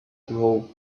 grow